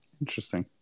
Interesting